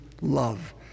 love